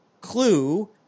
clue